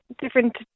different